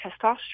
testosterone